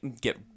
get